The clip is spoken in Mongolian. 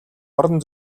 орон